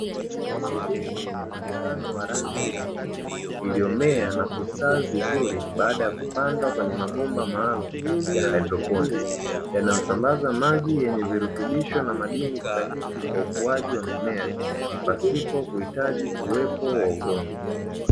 Miche yenye muonekano wa rangi ya kijani, iliyomea na kustawi vizuri baada ya kupandwa kwenye mabomba maalumu ya hidroponi. Yanayosambaza maji na virutubisho stahiki kwa ukuwaji wa mimea pasipo kuhitaji udongo.